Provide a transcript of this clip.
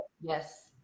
yes